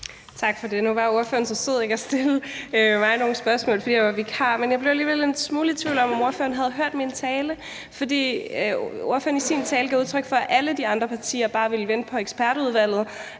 Tak for det. Nu var ordføreren så sød ikke at stille mig nogen spørgsmål, fordi jeg var vikar, men jeg blev alligevel smule i tvivl om, om ordføreren havde hørt min tale, for ordføreren gav i sin tale udtryk for, at alle de andre partier bare ville vente på ekspertudvalget